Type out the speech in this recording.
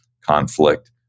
conflict